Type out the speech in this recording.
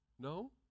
No